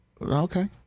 Okay